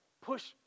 push